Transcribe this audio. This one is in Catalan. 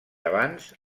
abans